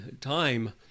time